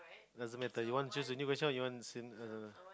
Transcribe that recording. doesn't matter you want choose a new question or you want same question